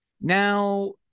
Now